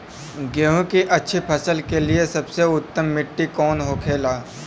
गेहूँ की अच्छी फसल के लिए सबसे उत्तम मिट्टी कौन होखे ला?